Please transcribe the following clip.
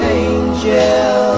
angel